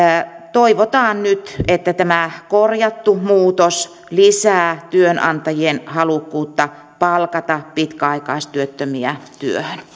toivotaan nyt että tämä korjattu muutos lisää työnantajien halukkuutta palkata pitkäaikaistyöttömiä työhön